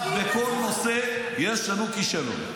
אמרת: בכל נושא יש לנו כישלון.